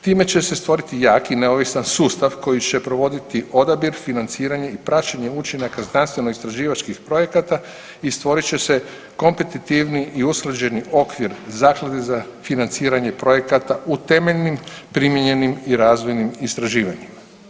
Time će se stvoriti jak i neovisan sustav koji će provoditi odabir, financiranje i praćenje učinaka znanstveno istraživačkih projekata i stvorit će se kompetitivni i usklađeni okvir zaklade za financiranje projekata u temeljnim, primijenjenim i razvojnim istraživanjima.